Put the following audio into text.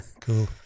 Cool